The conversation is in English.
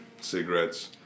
cigarettes